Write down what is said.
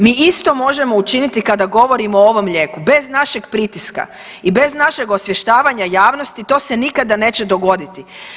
Mi isto možemo učiniti kada govorimo o ovom lijeku bez našeg pritiska i bez našeg osvještavanja javnosti to se nikada neće dogoditi.